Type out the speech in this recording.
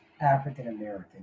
African-American